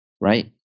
right